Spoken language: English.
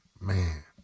Man